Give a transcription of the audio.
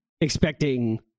expecting